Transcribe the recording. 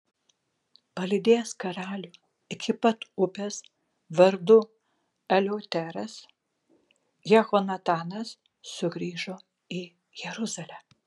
palydėjęs karalių iki pat upės vardu eleuteras jehonatanas sugrįžo į jeruzalę